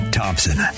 Thompson